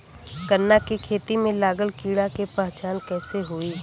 गन्ना के खेती में लागल कीड़ा के पहचान कैसे होयी?